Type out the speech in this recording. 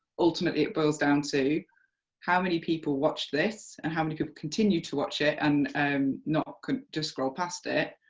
ultimately it boils down to how many people watched this, and how many people continued to watch it, and um not just scroll past it,